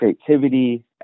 creativity